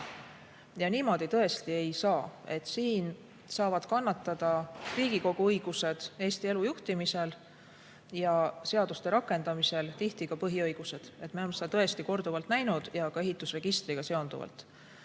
Niimoodi tõesti ei saa, et siin saavad kannatada Riigikogu õigused Eesti elu juhtimisel ja seaduste rakendamisel tihti ka põhiõigused. Me oleme seda tõesti korduvalt näinud ja ka seoses ehitisregistriga.